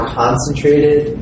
concentrated